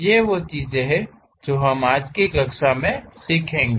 ये वो चीजें हैं जो हम आज की कक्षा में सीखेंगे